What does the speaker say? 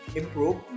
improve